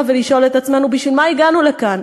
ולשאול את עצמנו: בשביל מה הגענו לכאן?